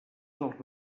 dels